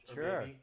sure